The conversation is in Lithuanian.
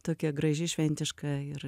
tokia graži šventiška ir